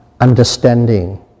Understanding